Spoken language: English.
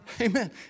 Amen